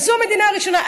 אז זו המדינה הראשונה.